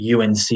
UNC